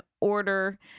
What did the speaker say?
order